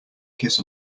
kiss